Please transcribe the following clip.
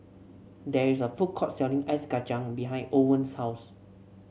there is a food court selling Ice Kachang behind Owen's house